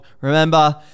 Remember